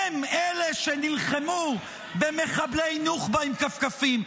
הם אלה שנלחמו במחבלי נוח'בה עם כפכפים.